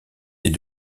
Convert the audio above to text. est